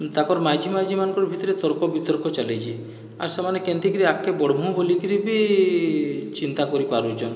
ତାଙ୍କର ମାଝୀ ମାଝୀମାନଙ୍କର ଭିତରେ ତର୍କ ବିତର୍କ ଚାଲିଛି ଆର୍ ସେମାନେ କେମିତିକିରି ଆଗକେ ବଢ଼ମୁ ବୋଲିକିରି ବି ଚିନ୍ତା କରି ପାରୁଛଁ